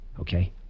Okay